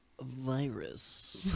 virus